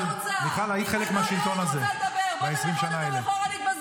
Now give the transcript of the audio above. היית חלק מהשלטון הזה בעשרים השנה האלה.